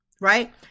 right